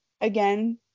Again